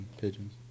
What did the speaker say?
pigeons